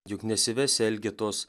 juk nesivesi elgetos